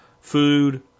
food